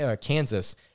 Kansas